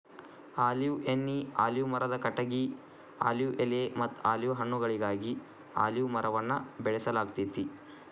olive ಎಣ್ಣಿ, olive ಮರದ ಕಟಗಿ, ಆಲಿವ್ ಎಲೆಮತ್ತ ಆಲಿವ್ ಹಣ್ಣುಗಳಿಗಾಗಿ ಅಲಿವ್ ಮರವನ್ನ ಬೆಳಸಲಾಗ್ತೇತಿ